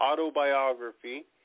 autobiography